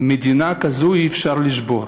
מדינה כזו אי-אפשר לשבור.